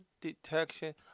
detection